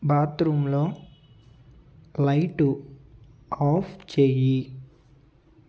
బాత్రూంలో light off చేయి